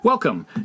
Welcome